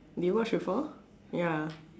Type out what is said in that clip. do you watch before ya